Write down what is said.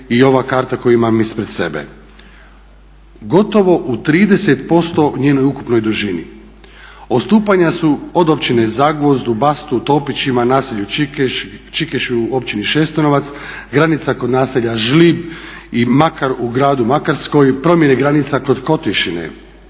i ova karta koju imam ispred sebe. Gotovo u 30% njenoj ukupnoj dužini odstupanja su od općine Zagvozd, u Bastu, u Topićima, naselju Čikeš u općini Šestanovac, granica kod naselja Žlib i Makar u gradu Makarskoj, promjene granica kod Kotišine